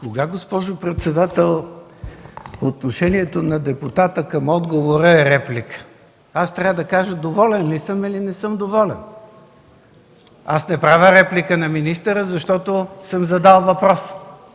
Откога, госпожо председател, отношението на депутата към отговора на депутата е реплика? Аз трябва да кажа доволен ли съм или не съм доволен. Не правя реплика на министъра, защото съм задал въпрос.